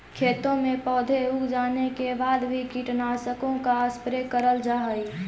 खेतों में पौधे उग जाने के बाद भी कीटनाशकों का स्प्रे करल जा हई